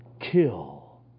Kill